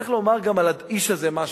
צריך לומר גם על האיש הזה משהו.